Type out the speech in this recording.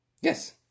Yes